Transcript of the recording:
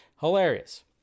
Hilarious